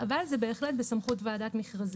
אבל זה בהחלט בסמכות ועדת מכרז.